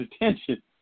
attention